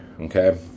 Okay